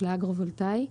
של האגרו-וולטאי,